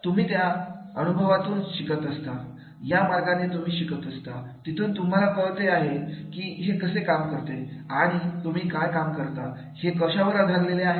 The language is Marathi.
तर तुम्ही त्यांच्या अनुभवातून शिकत असता या मार्गाने तुम्ही शिकत असता तिथून तुम्हाला कळते आहे की हे कसे काम करते आणि तुम्ही काय काम करता ते कशावर आधारलेले आहे